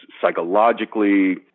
psychologically